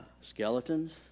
skeletons